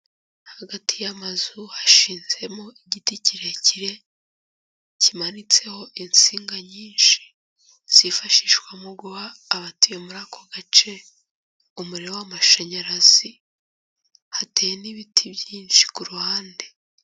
Hagati y'amazu hashinzemo igiti kirekire kimanitseho insinga nyinshi, zifashishwa mu guha abatuye muri ako gace umuriro w'amashanyarazi; hateye n'ibiti byinshi ku ruhande.